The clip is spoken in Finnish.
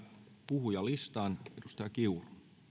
puhujalistaan edustaja kiuru